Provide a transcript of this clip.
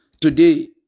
today